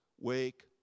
Wake